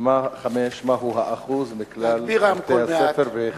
מהו האחוז מכלל בתי-הספר והיכן?